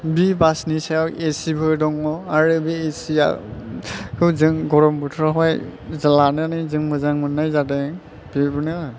बि बासनि सायाव एसिबो दङ आरो बे एसियाखौ जों गरम बोथोराव लानानै जों मोजां मोननाय जादों बेफोरनो